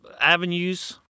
avenues